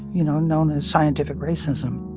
you know, known as scientific racism